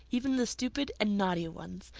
even the stupid and naughty ones.